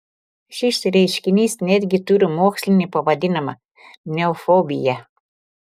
šis reiškinys netgi turi mokslinį pavadinimą neofobija